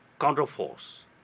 counterforce